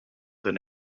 than